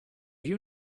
you